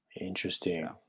Interesting